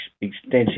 extensive